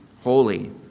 holy